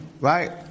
right